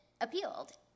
appealed